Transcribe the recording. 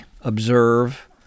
observe